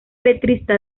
letrista